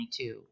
2022